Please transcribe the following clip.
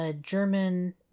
German